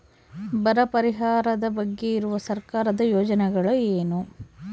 ಬರ ಪರಿಹಾರದ ಬಗ್ಗೆ ಇರುವ ಸರ್ಕಾರದ ಯೋಜನೆಗಳು ಏನು?